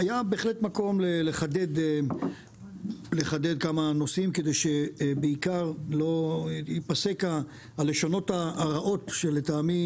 היה בהחלט מקום לחדד כמה נושאים כדי שבעיקר ייפסקו הלשונות הרעות שלטעמי